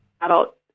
adult